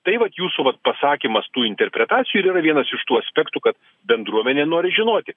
tai vat jūsų vat pasakymas tų interpretacijų ir yra vienas iš tų aspektų kad bendruomenė nori žinoti